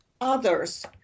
others